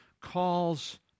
calls